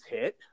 hit